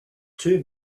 two